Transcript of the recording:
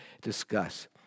discuss